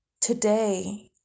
today